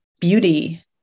beauty